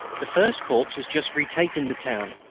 the first corps has just retaken the town,